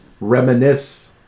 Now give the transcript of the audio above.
reminisce